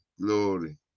glory